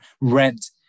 rent